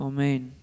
Amen